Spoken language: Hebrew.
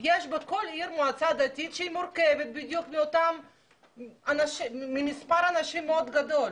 בכל עיר יש מועצה דתית שהיא מורכבת ממספר אנשים מאוד גדול.